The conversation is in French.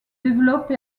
développe